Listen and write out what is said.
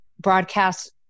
broadcast